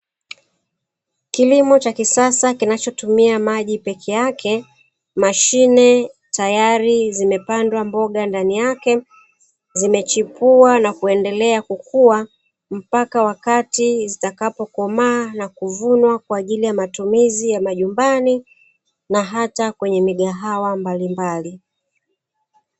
Kilimo cha kisasa kinachotumia maji peke yake; mashine tayari zimepandwa mbonga ndani yake, zimechipua na kuendelea kukua mpaka wakati zitakapokomaa na kuvunwa kwa ajili ya matumizi ya majumbani, na hata kwenye migahawa mbalimbali.